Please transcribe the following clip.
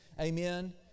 Amen